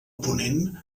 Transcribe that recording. ponent